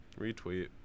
Retweet